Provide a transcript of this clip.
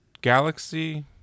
Galaxy